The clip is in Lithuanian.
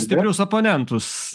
stiprius oponentus